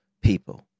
people